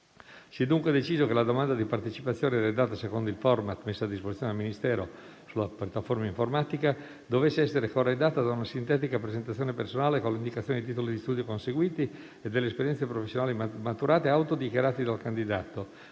Si è dunque deciso che la domanda di partecipazione, redatta secondo il *format* messo a disposizione del Ministero sulla piattaforma informatica, dovesse essere corredata da una sintetica presentazione personale, con l'indicazione dei titoli di studio conseguiti e delle esperienze professionali maturate, autodichiarati dal candidato,